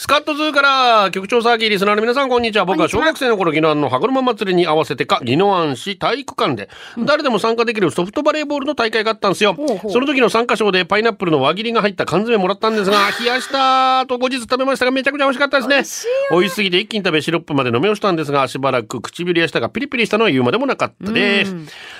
スカッとズーから。局長サーキー、リスナーの皆さん、こんにちは。僕はこんにちは。小学生の頃、宜野湾の羽衣祭りに合わせて、か、宜野湾市体育館で、うん。誰でも参加できるソフトバレーボールの大会があったんですよ。ほうほう。その時の参加賞でパイナップルの輪切りが入った缶詰もらったんですが、あ。冷やしたーと後日食べましたが、めちゃくちゃ美味しかったですね。美味しいよね。美味しすぎて一気に食べ、シロップまで飲み干したんですが、しばらく唇や舌がピリピリしたのは言うまでもなかったです。うん。